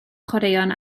chwaraeon